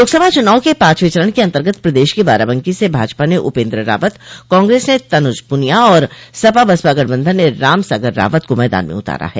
लोकसभा चूनाव के पांचवें चरण के अन्तर्गत प्रदेश के बाराबंकी से भाजपा ने उपेन्द्र रावत कांग्रेस ने तनुज पूनिया और सपा बसपा गठबंधन ने राम सागर रावत को मैदान में उतारा है